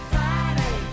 Friday